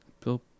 bill